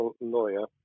lawyer